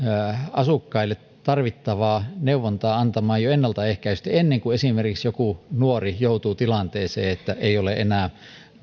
asukkaille tarvittavaa neuvontaa antamaan jo ennaltaehkäisevästi ennen kuin esimerkiksi joku nuori joutuu tilanteeseen että ei ole enää